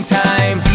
time